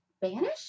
banish